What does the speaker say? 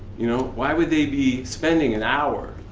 you know why would they be spending an hour